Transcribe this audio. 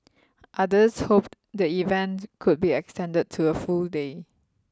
others hoped the event could be extended to a full day